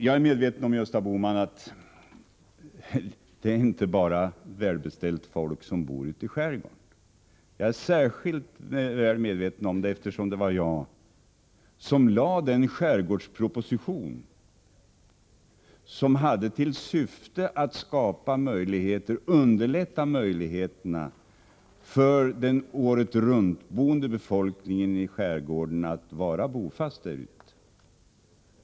Jag är medveten om, Gösta Bohman, att det inte bara är välbeställt folk som bor i skärgården. Jag är särskilt väl medveten om det, eftersom det var jag som lade fram skärgårdspropositionen, som hade till syfte att underlätta möjligheterna för den åretruntboende befolkningen i skärgården att vara bofast där ute.